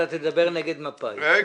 אני דואג